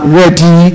ready